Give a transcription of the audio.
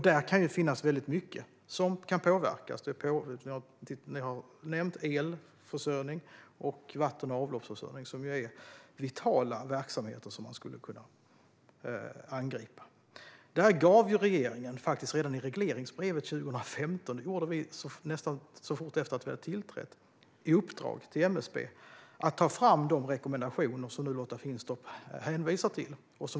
Där finns det mycket som kan påverkas; ni har nämnt elförsörjning och vatten och avloppsförsörjning, som ju är vitala verksamheter som man skulle kunna angripa. Regeringen gav ju MSB i uppdrag - faktiskt redan i regleringsbrevet 2015, alltså mycket fort efter att vi tillträtt - att ta fram de rekommendationer till kommunerna som Lotta Finstorp nu hänvisar till.